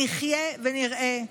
נחיה ונראה.